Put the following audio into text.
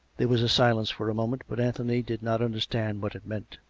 there was a silence for a moment. but anthony did not understand what it meant.